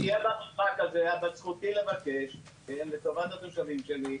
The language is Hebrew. שתהיה במשחק הזה אבל זכותי לבקש לטובת התושבים שלי,